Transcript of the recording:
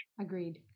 Agreed